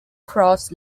cross